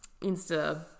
Insta